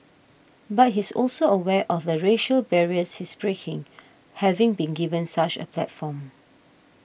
but he's also aware of the racial barriers he's breaking having been given such a platform